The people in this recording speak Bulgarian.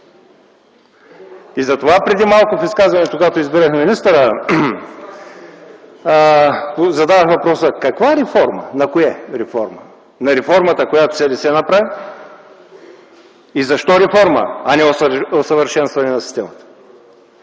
Затова преди малко в изказването си, когато избирахме министъра, зададох въпроса: каква реформа, на кое реформа? На реформата, която СДС направи и защо реформа, а не усъвършенстване на системата?